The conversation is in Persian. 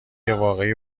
واقعی